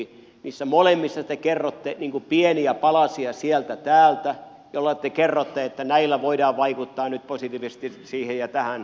niissä molemmissa te kerrotte pieniä palasia sieltä täältä että näillä voidaan vaikuttaa nyt positiivisesti siihen ja tähän kasvuun